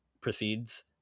proceeds